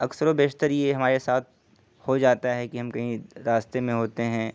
اکثر و بیشتر یہ ہمارے ساتھ ہو جاتا ہے کہ ہم کہیں راستے میں ہوتے ہیں